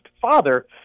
father